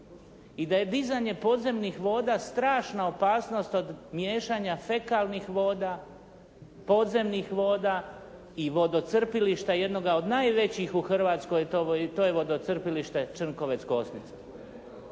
i da je dizanje podzemnih voda strašna opasnost od miješanja fekalnih voda, podzemnih voda i vodocrpilišta jednoga od najvećih u Hrvatskoj, to je vodocrpilište Črnkovec-Kosnica.